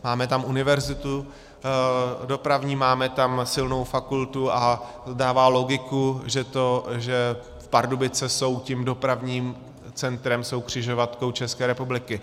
Máme tam Univerzitu dopravní, máme tam silnou fakultu a dává logiku, že Pardubice jsou tím dopravním centrem, jsou křižovatkou České republiky.